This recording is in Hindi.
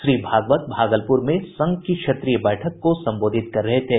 श्री भागवत भागलपुर में संघ की क्षेत्रीय बैठक को संबोधित कर रहे थे